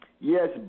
Yes